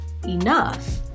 enough